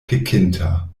pekinta